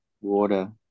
water